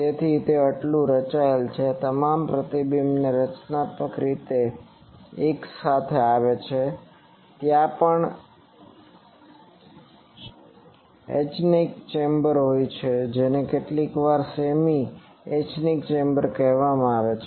તેથી તે એટલું રચાયેલ છે કે તમામ પ્રતિબિંબે રચનાત્મક રીતે એક સાથે આવે છે ત્યાં પણ એન્ચેકોઇક ચેમ્બર હોય છે જેને કેટલીકવાર સેમી એન્ચેકોઇક ચેમ્બર કહેવામાં આવે છે